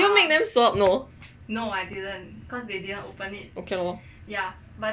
did you make them swap ok lor